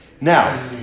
now